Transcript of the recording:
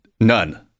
None